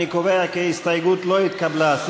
אני קובע כי ההסתייגות לא התקבלה.